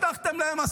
הבטחתם להם,